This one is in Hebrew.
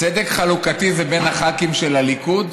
צדק חלוקתי זה בין הח"כים של הליכוד?